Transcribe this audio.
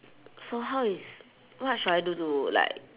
so how is what should I do to like